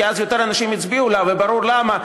כי אז יותר אנשים הצביעו לה וברור למה,